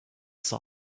saw